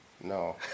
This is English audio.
No